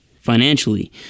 financially